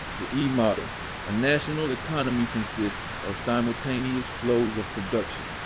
the e-model a national economy consists of simultaneous flows of production,